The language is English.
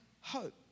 hope